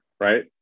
right